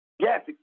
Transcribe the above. Yes